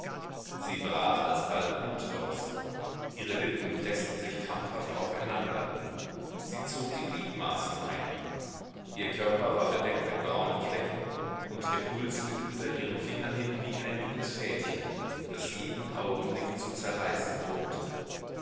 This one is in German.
sie brach alsbald blut aus ihre lippen preßten sich krampfhaft aufeinander sie zog die gliedmaßen ein ihr körper war bedeckt mit braunen flecken und ihr puls glitt unter ihren fingern hin wie ein dünnes fädchen das jeden augenblick zu zerreißen droht